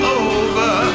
over